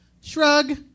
Shrug